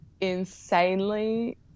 insanely